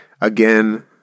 again